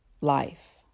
life